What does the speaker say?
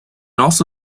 also